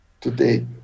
today